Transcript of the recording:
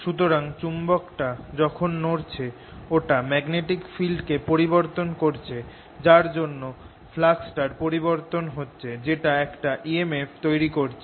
সুতরাং চুম্বকটা যখন নড়ছে ওটা ম্যাগনেটিক ফিল্ডকে পরিবর্তন করছে যার জন্য ফ্লাক্সটার পরিবর্তন হচ্ছে যেটা একটা emf তৈরি করছে